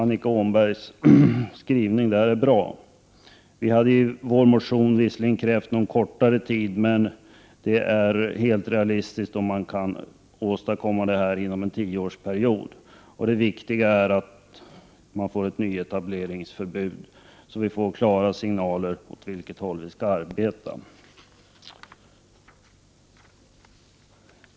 Annika Åhnbergs skrivning i den reservationen är bra. Vi hade i vår motion visserligen krävt kortare tid, men det är helt realistiskt om det kan åstadkommas inom en tioårsperiod. Det viktiga är att det blir ett nyetableringsförbud, så att det blir klara signaler om åt vilket håll man skall arbeta.